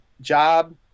job